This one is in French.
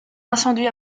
incendie